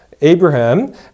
Abraham